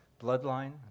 Bloodline